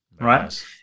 right